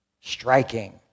striking